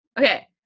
Okay